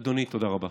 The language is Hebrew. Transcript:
אדוני, תודה רבה.